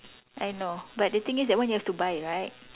I know but the thing is when you have buy right